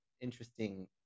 interesting